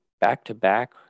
back-to-back